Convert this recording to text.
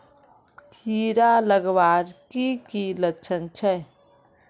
कीड़ा लगवार की की लक्षण छे?